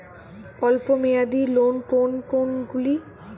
অল্প মেয়াদি লোন কোন কোনগুলি?